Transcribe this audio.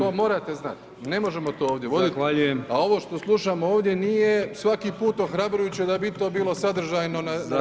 To morate znati, ne možemo to ovdje vodit a ovo što slušamo ovdje nije svaki put ohrabrujuće da bi to bilo sadržajno na